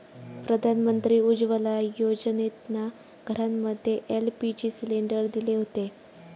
प्रधानमंत्री उज्ज्वला योजनेतना घरांमध्ये एल.पी.जी सिलेंडर दिले हुते